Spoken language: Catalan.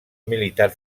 militar